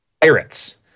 Pirates